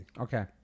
Okay